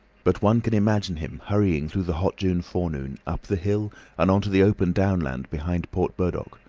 but one can imagine him hurrying through the hot june forenoon, up the hill and on to the open downland behind port burdock,